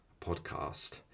podcast